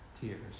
tears